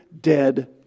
dead